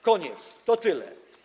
Koniec, to tyle.